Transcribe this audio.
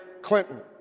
Clinton